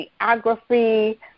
geography